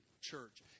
church